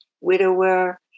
widower